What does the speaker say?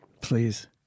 Please